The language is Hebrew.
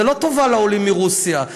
זה לא טובה לעולים מרוסיה,